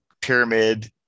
pyramid